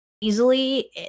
easily